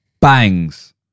bangs